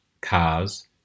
cars